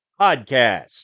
Podcast